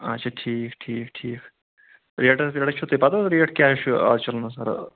اچھا ٹھیٖک ٹھیٖک ٹھیٖک ریٹس ویٹس چھو تۄہہِ پَتہ ریٹ کیاہ چھ آز چلان حظ